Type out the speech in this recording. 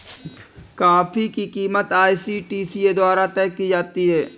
coffee की कीमत ICTA द्वारा तय की जाती है